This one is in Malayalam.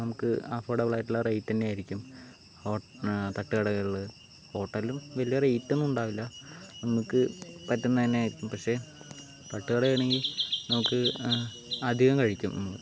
നമുക്ക് അഫൊർഡബിൾ ആയിട്ടുള്ള റേറ്റ് തന്നെയായിരിക്കും തട്ട് കടേകള് ഹോട്ടലിലും വല്യ റേറ്റൊന്നും ഉണ്ടാവില്ല നമുക്ക് പറ്റുന്നത് തന്നെയായിരിക്കും പക്ഷേ തട്ട് കടയാണെങ്കി നമുക്ക് അധികം കഴിക്കും